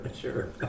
sure